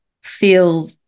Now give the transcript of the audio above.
feel